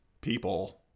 people